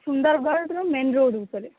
ସୁନ୍ଦରଗଡ଼ର main road ଉପରେ